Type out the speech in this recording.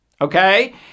okay